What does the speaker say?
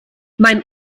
mein